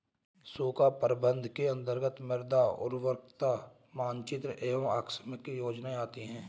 सूखा प्रबंधन के अंतर्गत मृदा उर्वरता मानचित्र एवं आकस्मिक योजनाएं आती है